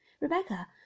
Rebecca